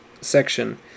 Section